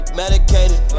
medicated